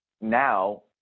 now